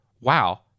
wow